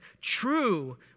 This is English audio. true